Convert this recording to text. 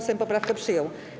Sejm poprawkę przyjął.